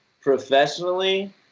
professionally